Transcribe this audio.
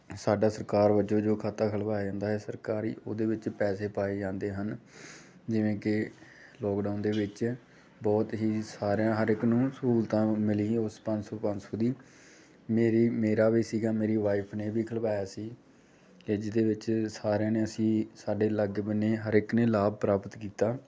ਸਾਡਾ ਸਰਕਾਰ ਵਜੋਂ ਜੋ ਖਾਤਾ ਖੁੱਲ੍ਹਵਾਇਆ ਜਾਂਦਾ ਹੈ ਸਰਕਾਰੀ ਉਹਦੇ ਵਿੱਚ ਪੈਸੇ ਪਾਏ ਜਾਂਦੇ ਹਨ ਜਿਵੇਂ ਕਿ ਲੋਕਡਾਊਨ ਦੇ ਵਿੱਚ ਬਹੁਤ ਹੀ ਸਾਰਿਆਂ ਹਰ ਇੱਕ ਨੂੰ ਸਹੂਲਤਾਵਾਂ ਮਿਲੀ ਸੀ ਉਸ ਪੰਜ ਸੌ ਪੰਜ ਸੌ ਦੀ ਮੇਰੀ ਮੇਰਾ ਵੀ ਸੀਗਾ ਮੇਰੀ ਵਾਈਫ ਨੇ ਵੀ ਖੁੱਲ੍ਹਵਾਇਆ ਸੀ ਕਿ ਜਿਹਦੇ ਵਿੱਚ ਸਾਰਿਆਂ ਨੇ ਅਸੀਂ ਸਾਡੇ ਲਾਗੇ ਬੰਨੇ ਹਰ ਇੱਕ ਨੇ ਲਾਭ ਪ੍ਰਾਪਤ ਕੀਤਾ